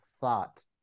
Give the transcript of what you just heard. thought